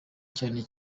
cyane